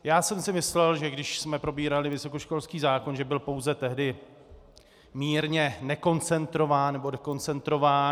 Já jsem si myslel, že když jsme probírali vysokoškolský zákon, že byl pouze tehdy mírně nekoncentrován nebo dekoncentrován.